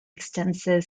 extensive